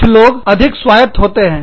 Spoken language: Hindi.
कुछ लोग अधिक स्वायत्त होते हैं